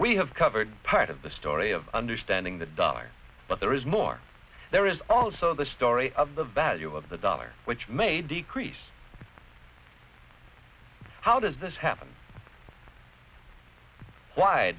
we have covered part of the story of understanding the dollar but there is more there is also the story of the value of the dollar which may decrease how does this happen why